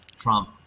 Trump